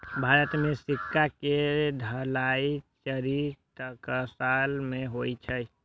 भारत मे सिक्का के ढलाइ चारि टकसाल मे होइ छै